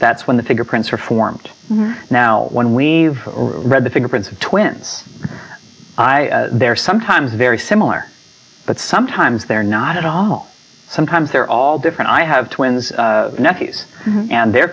that's when the fingerprints are formed now when we've read the fingerprints of twins i they're sometimes very similar but sometimes they're not at all sometimes they're all different i have twins nephews and their